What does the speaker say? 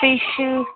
fish